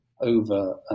over